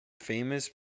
famous